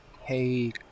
Hey